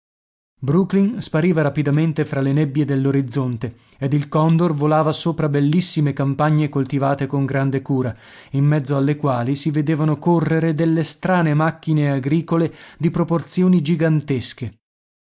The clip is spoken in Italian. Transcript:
brooklyn spariva rapidamente fra le nebbie dell'orizzonte ed il condor volava sopra bellissime campagne coltivate con grande cura in mezzo alle quali si vedevano correre delle strane macchine agricole di proporzioni gigantesche